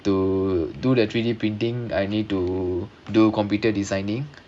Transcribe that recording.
to do the three D printing I need to do computer designing